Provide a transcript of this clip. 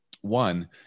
one